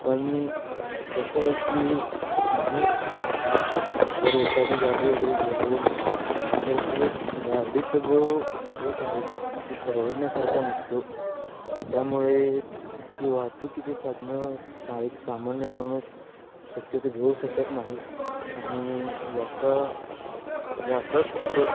पण कसं आहे की माणूस जर एखादी गाडी वगैरे घ्यावं म्हणलं तर ते गाडीचा जो रेट आहे तो परवडण्यासारखा नसतो त्यामुळे ती वाहतुकीची साधनं सा एक सामान्य माणूस शक्यतो घेऊ शकत नाही आणि याच्या याचाच फरक